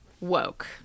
woke